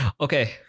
Okay